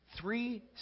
three